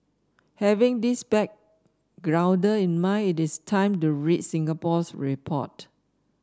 having this back grounder in mind it's time to read Singapore's report